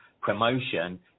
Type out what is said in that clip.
promotion